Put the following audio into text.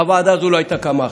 הוועדה הזו לא הייתה קמה עכשיו,